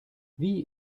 wie